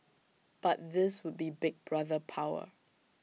but this would be Big Brother power